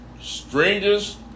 Strangest